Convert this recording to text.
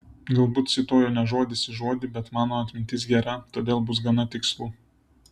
galbūt cituoju ne žodis į žodį bet mano atmintis gera todėl bus gana tikslu